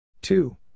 Two